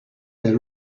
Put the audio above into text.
there